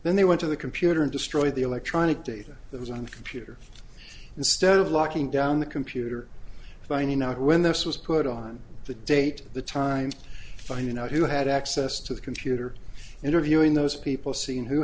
then they went to the computer and destroyed the electronic data that was on the puter instead of locking down the computer finding out when this was put on the date the time to find out who had access to the computer interviewing those people seen who